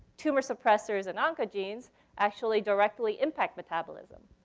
tumor-suppressors and oncogenes, actually directly impact metabolism.